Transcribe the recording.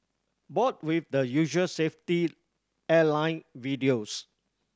bored with the usual safety airline videos